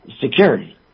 Security